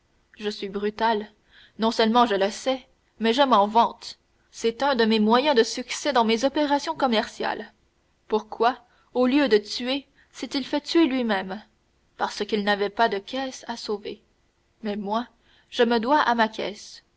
je suis brutal non seulement je le sais mais je m'en vante c'est un de mes moyens de succès dans mes opérations commerciales pourquoi au lieu de tuer s'est-il fait tuer lui-même parce qu'il n'avait pas de caisse à sauver mais moi je me dois à ma caisse